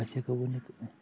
أسۍ ہٮ۪کو ؤنِتھ